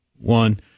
one